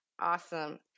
Awesome